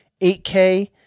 8k